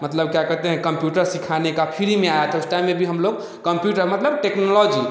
मतलब क्या कहते हैं कंप्यूटर सिखाने का फ्री में आया था उस टाइम में भी हम लोग कंप्यूटर मतलब टेक्नोलॉजी